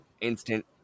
instant